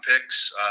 picks